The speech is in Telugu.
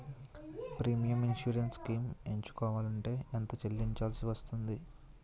ప్రీమియం ఇన్సురెన్స్ స్కీమ్స్ ఎంచుకోవలంటే ఎంత చల్లించాల్సివస్తుంది??